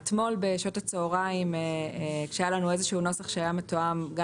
רק אתמול בשעות הצהריים כשהיה לנו איזה שהוא נוסח שהיה מתואם גם